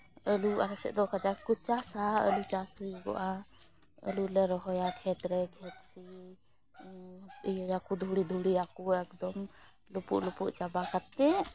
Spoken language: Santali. ᱟᱞᱮ ᱟᱞᱮ ᱥᱮᱡ ᱫᱚ ᱠᱟᱡᱟᱠ ᱠᱚ ᱪᱟᱥᱟ ᱟᱹᱞᱩ ᱪᱟᱥ ᱦᱩᱭᱩᱜᱚᱜᱼᱟ ᱟᱹᱞᱩ ᱞᱮ ᱨᱚᱦᱚᱭᱟ ᱠᱷᱮᱛ ᱨᱮ ᱠᱷᱮᱛ ᱥᱤ ᱤᱭᱟᱹᱭᱟᱠᱚ ᱫᱷᱩᱲᱤ ᱫᱷᱩᱲᱤ ᱮᱠᱫᱚᱢ ᱞᱩᱯᱩᱜ ᱞᱩᱯᱩᱜ ᱪᱟᱵᱟ ᱠᱟᱛᱮ